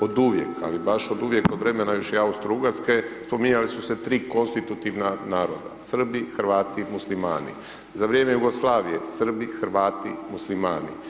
Oduvijek, ali baš oduvijek, još od vremena Austrougarske spominjali su se 3 konstitutivna naroda, Srbi, Hrvati, Muslimani, za vrijeme Jugoslavije Srbi, Hrvati, Muslimani.